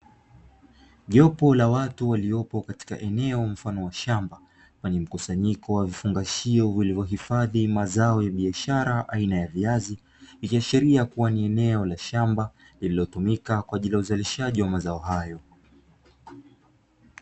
Jopo la watu waliopo katika eneo mfano wa shamba, lenye mkusanyiko wa vifungashio vilivyohifadhi mazao ya biashara aina ya viazi, ikiashiria kuwa ni eneo la shamba lililotumika kwa ajili ya uzalishaji wa mazao hayo.